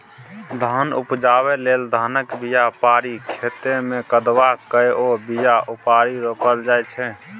धान उपजाबै लेल धानक बीया पारि खेतमे कदबा कए ओ बीया उपारि रोपल जाइ छै